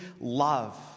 love